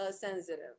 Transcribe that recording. sensitive